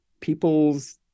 people's